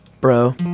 Bro